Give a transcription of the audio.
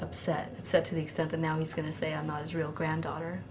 upset and said to the extent that now he's going to say i'm not israel granddaughter